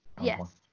Yes